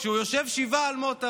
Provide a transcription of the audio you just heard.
כשהוא יושב שבעה על מות אביו?